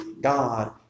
God